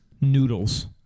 noodles